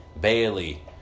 Bailey